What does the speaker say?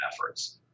efforts